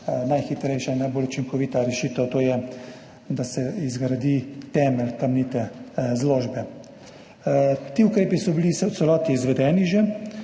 najhitrejša in najbolj učinkovita rešitev, to je, da se izgradi temelj kamnite zložbe. Ti ukrepi so bili v celoti že izvedeni.